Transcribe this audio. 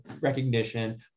recognition